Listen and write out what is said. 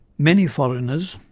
many foreigners,